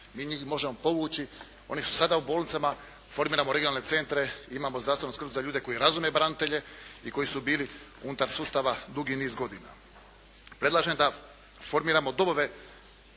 Mi njih možemo povući. Oni su sada u bolnicama. Formiramo regionalne centre. Imamo zdravstvenu skrb za ljude koji razume branitelje i koji su bili unutar sustava dugi niz godina. Predlažem da formiramo domove